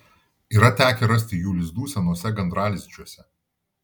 yra tekę rasti jų lizdų senuose gandralizdžiuose